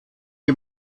die